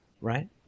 right